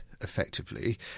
effectively